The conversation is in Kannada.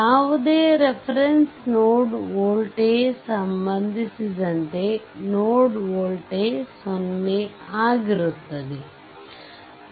ಯಾವುದೇ ರೆಫೆರೆಂಸ್ ನೋಡ್ ವೋಲ್ಟೇಜ್ ಸಂಬಂಧಿಸಿದಂತೆ ನೋಡ್ ವೋಲ್ಟೇಜ್ 0 ಆಗಿರುತ್ತದೆ v00